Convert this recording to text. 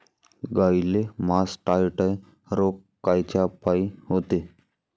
गाईले मासटायटय रोग कायच्यापाई होते?